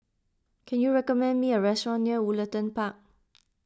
can you recommend me a restaurant near Woollerton Park